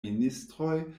ministroj